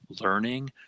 learning